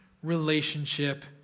relationship